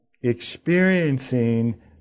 experiencing